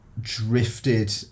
drifted